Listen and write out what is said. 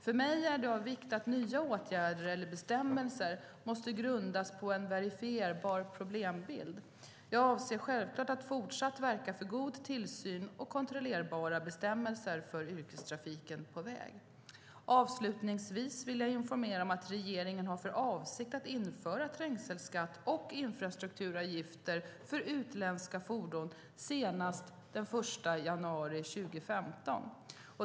För mig är det av vikt att nya åtgärder eller bestämmelser måste grundas på en verifierbar problembild. Jag avser självklart att fortsatt verka för god tillsyn och kontrollerbara bestämmelser för yrkestrafiken på väg. Avslutningsvis vill jag informera om att regeringen har för avsikt att införa trängselskatt och infrastrukturavgifter för utländska fordon senast den 1 januari 2015.